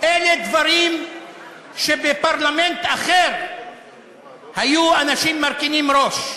אלה דברים שבפרלמנט אחר היו אנשים מרכינים ראש.